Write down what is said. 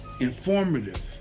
informative